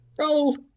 Roll